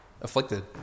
afflicted